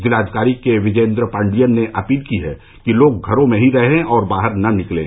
जिलाधिकारी के विजयेन्द्र पाण्डियन ने अपील की है कि लोग घरो में ही रहे और बाहर न निकलें